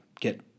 get